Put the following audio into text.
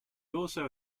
also